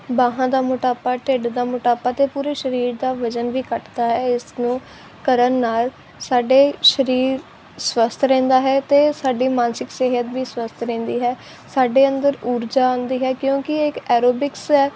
ਬਾਹਾਂ ਦਾ ਮੋਟਾਪਾ ਢਿੱਡ ਦਾ ਮੋਟਾਪਾ ਅਤੇ ਪੂਰੇ ਸਰੀਰ ਦਾ ਵਜ਼ਨ ਵੀ ਘਟਦਾ ਹੈ ਇਸ ਨੂੰ ਕਰਨ ਨਾਲ ਸਾਡੇ ਸਰੀਰ ਸਵੱਸਥ ਰਹਿੰਦਾ ਹੈ ਅਤੇ ਸਾਡੀ ਮਾਨਸਿਕ ਸਿਹਤ ਵੀ ਸਵੱਸਥ ਰਹਿੰਦੀ ਹੈ ਸਾਡੇ ਅੰਦਰ ਊਰਜਾ ਆਉਂਦੀ ਹੈ ਕਿਉਂਕਿ ਇਹ ਇੱਕ ਐਰੋਬਿਕਸ ਹੈ